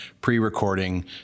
pre-recording